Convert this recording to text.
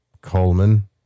Coleman